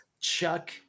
chuck